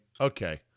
okay